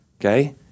okay